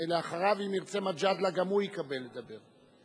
ואחריו, אם ירצה מג'אדלה, גם הוא יקבל לדבר.